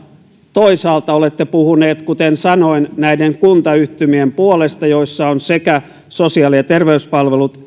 toisaalta olette puhuneet kuten sanoin näiden kuntayhtymien puolesta joissa on sosiaali ja terveyspalvelut